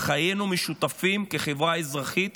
חיינו המשותפים כחברה אזרחית